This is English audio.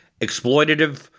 exploitative